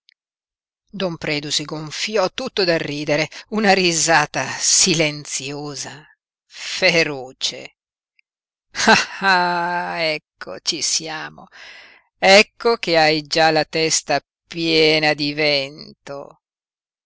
don predu si gonfiò tutto dal ridere una risata silenziosa feroce ah ecco ci siamo ecco che hai già la testa piena di vento